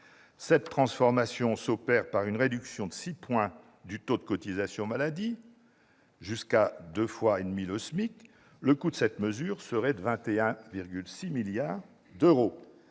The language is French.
Cette dernière s'opère par une réduction de 6 points du taux de cotisation maladie jusqu'à 2,5 SMIC. Le coût de cette mesure serait de 21,6 milliards d'euros.